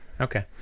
Okay